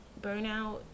burnout